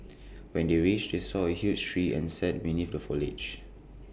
when they reached they saw A huge tree and sat beneath the foliage